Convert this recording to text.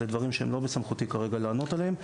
אלה דברים שהם לא בסמכותי כרגע לענות עליהם.